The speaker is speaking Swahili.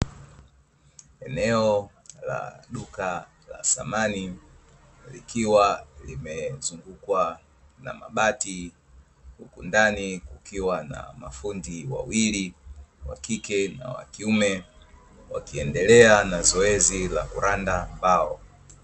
Eneo la duka la samani likiwa limezungukwa na mabati, huku ndani kukiwa na mafundi wawili wakike na wakiume wakiendelea na zoezi la kuranda mbao.